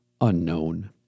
unknown